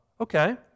Okay